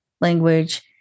language